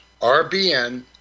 RBN